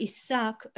Isaac